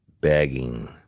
begging